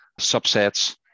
subsets